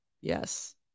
Yes